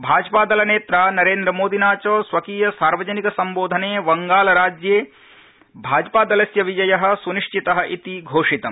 भाजपादलनेत्रा नरेन्द्रमोदिना च स्वकीय सार्वजनिक संबोधने बंगालराज्ये भाजपादलस्य विजय सु्निश्चित इति घोषितम्